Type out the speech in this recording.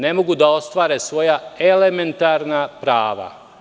Ne mogu da ostvare svoja elementarna prava.